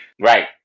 Right